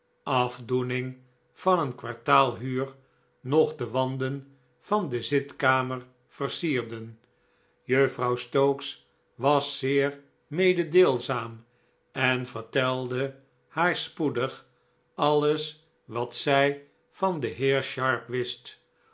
afdoening van een kwartaal huur nog de wanden van de zitkamer versierden juffrouw stokes was zeer mededeelzaam en vertelde haar spoedig alles wat zij van den heer sharp wist